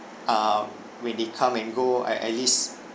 err when they come and go I at least